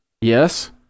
Yes